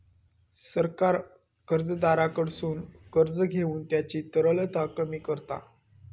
सरकार कर्जदाराकडसून कर्ज घेऊन त्यांची तरलता कमी करता